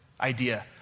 idea